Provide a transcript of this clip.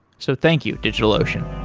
so thank you, digitalocean